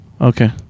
Okay